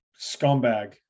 Scumbag